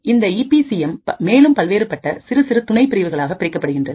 இந்த E P C M மேலும் பல்வேறுபட்ட சிறுசிறு துணை பிரிவுகளாக பிரிக்கப்படுகின்றது